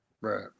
Right